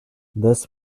this